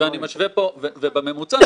הרי למשטרה כן יש פרויקט עם